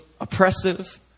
oppressive